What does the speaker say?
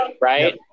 right